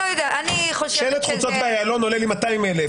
שלט חוצות באיילון עולה לי 200,000,